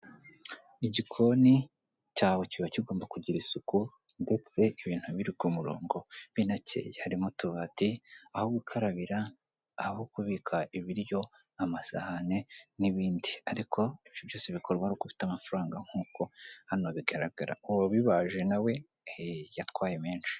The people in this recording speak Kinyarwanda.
Igikoni cyawe kiba kigomba kugira isuku ndetse ibintu biri ku murongo, binakeye, harimo utubati, aho gukarabira, aho kubika ibiryo n'amasahani n'ibindi, ariko ibyo byose bikorwa ari uko ufite amafaranga nk'uko hano bigaragara. Ku wabibaje na we yatwaye menshi.